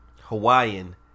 Hawaiian